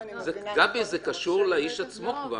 גבי, זה קשור לאיש עצמו.